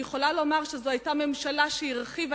אני יכולה לומר שזו היתה ממשלה שהרחיבה